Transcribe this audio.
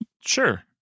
Sure